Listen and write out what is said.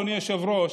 אדוני היושב-ראש.